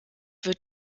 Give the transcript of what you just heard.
wird